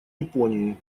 японии